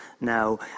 now